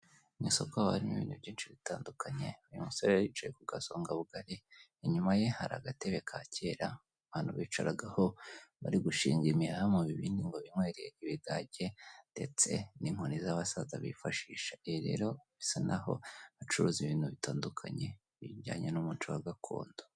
Mu isoko haba harimo ibintu byinshi bitandukanye, uyu musore rero yicaye ku gasongabugari, inyuma ye hari agatebe ka kera abantu bicaragaho bari gushinga imiheha mu bibindi ngo binywere ibigage ndetse n'inkoni z'abasaza bifashisha. Ibi rero bisa naho bacuruza ibintu bitandukanye, ibijyanye n'umuco wa gakondo.